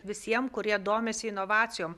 visiem kurie domisi inovacijom